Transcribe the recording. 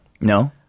No